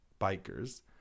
bikers